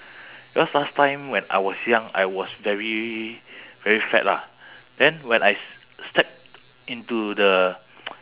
because last time when I was young I was very very fat lah then when I step into the